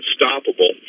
unstoppable